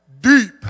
deep